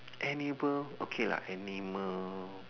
animal okay lah animal